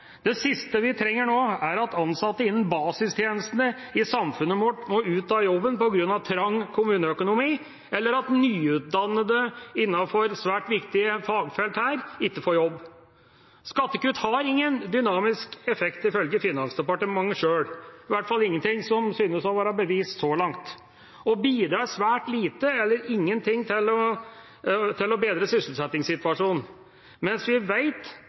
Det siste vi trenger nå, er at ansatte innen basistjenestene i samfunnet vårt må ut av jobben på grunn av trang kommuneøkonomi, eller at nyutdannede innenfor svært viktige fagfelt ikke får jobb. Skattekutt har ingen dynamisk effekt, ifølge Finansdepartementet sjøl, i hvert fall ingenting som synes å være bevist så langt, og bidrar svært lite eller ingenting til å bedre sysselsettingssituasjonen, mens vi